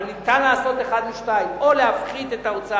אבל ניתן לעשות אחד משניים: או להפחית את ההוצאה